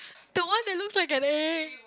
the one that looks like an egg